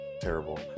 Terrible